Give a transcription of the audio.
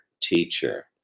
teacher